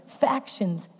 factions